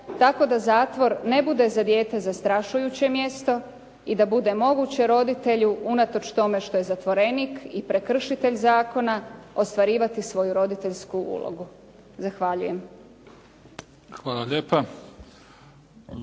tako da zatvor ne bude za dijete zastrašujuće mjesto i da bude moguće roditelju, unatoč tome što je zatvorenik i prekršitelj zakona, ostvarivati svoju roditeljsku ulogu. Zahvaljujem. **Mimica,